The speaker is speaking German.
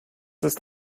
ist